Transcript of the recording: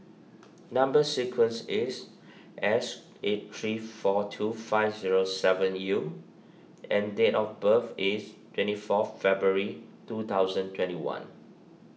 Number Sequence is S eight three four two five zero seven U and date of birth is twenty four February two thousand twenty one